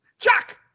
Chuck